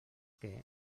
que